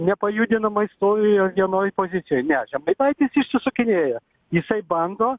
nepajudinamai stovėjo vienoj pozicijoj ne čia patys išsisukinėja jisai bando